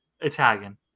italian